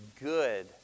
good